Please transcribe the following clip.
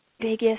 biggest